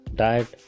diet